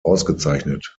ausgezeichnet